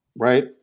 right